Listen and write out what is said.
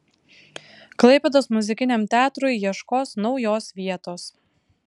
klaipėdos muzikiniam teatrui ieškos naujos vietos